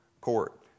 Court